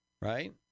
right